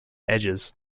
edges